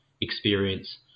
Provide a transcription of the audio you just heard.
experience